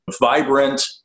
Vibrant